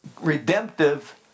redemptive